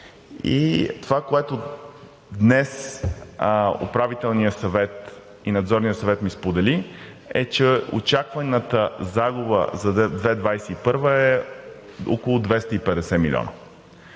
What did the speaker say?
това, което днес Управителният съвет и Надзорният съвет ми споделиха, е, че очакваната загуба за 2021 г. е около 250 милиона.